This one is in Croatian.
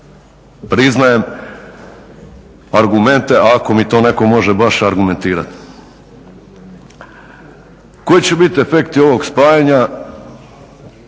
priznajem argumente, ako mi to netko može baš argumentirati. Koji će biti efekti ovog spajanja?